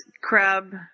Crab